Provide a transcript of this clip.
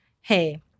hey